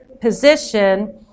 position